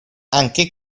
anche